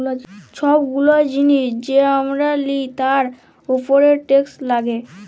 ছব গুলা জিলিস যে আমরা লিই তার উপরে টেকস লাগ্যে